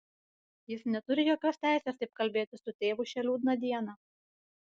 jis neturi jokios teisės taip kalbėti su tėvu šią liūdną dieną